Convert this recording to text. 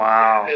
Wow